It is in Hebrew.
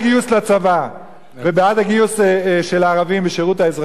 לצבא ובעד הגיוס של הערבים לשירות האזרחי.